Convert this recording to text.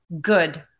Good